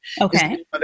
Okay